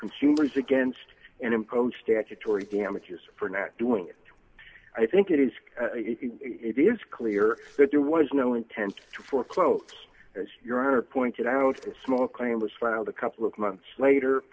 consumers against and impose statutory damages for not doing it i think it is it is clear that there was no intent for close as your honor pointed out a small claim was filed a couple of months later